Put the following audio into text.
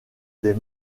des